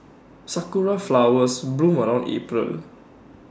Sakura Flowers bloom around April